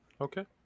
Okay